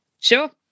sure